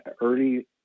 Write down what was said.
early